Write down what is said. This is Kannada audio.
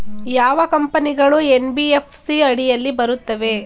ಯಾವ ಕಂಪನಿಗಳು ಎನ್.ಬಿ.ಎಫ್.ಸಿ ಅಡಿಯಲ್ಲಿ ಬರುತ್ತವೆ?